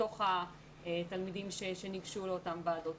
מתוך התלמידים שניגשו לאותן ועדות.